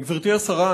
גברתי השרה,